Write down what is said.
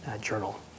journal